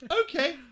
Okay